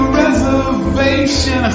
reservation